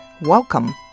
Welcome